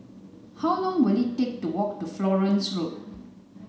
how long will it take to walk to Florence Road